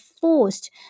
forced